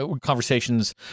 conversations